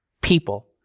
people